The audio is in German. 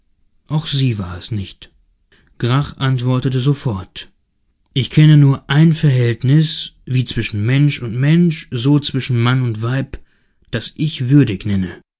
auch sie war es nicht grach antwortete sofort ich kenne nur ein verhältnis wie zwischen mensch und mensch so zwischen mann und weib das ich würdig nenne